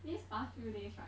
these past few days right